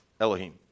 Elohim